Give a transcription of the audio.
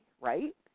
right